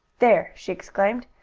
there! she exclaimed,